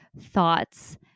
thoughts